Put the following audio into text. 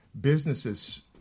businesses